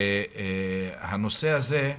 הנושא הזה,